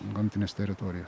gamtinės teritorijo